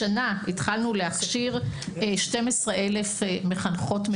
השנה התחלנו להכשיר 12,000 מחנכות מטפלות.